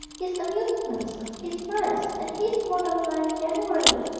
his amusements, his friends, and his mode of life generally,